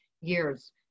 years